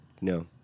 no